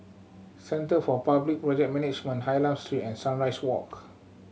centre for Public Project Management Hylam Street and Sunrise Walk